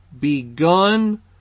begun